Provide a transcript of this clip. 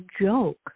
joke